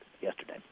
yesterday